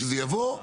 שזה יבוא,